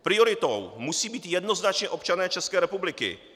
Prioritou musí být jednoznačně občané České republiky.